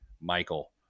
Michael